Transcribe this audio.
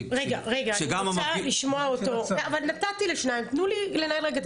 אני רוצה לשמוע אותו, נתתי לשניים, תנו לי לנהל.